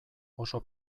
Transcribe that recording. oso